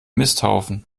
misthaufen